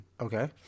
Okay